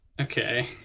Okay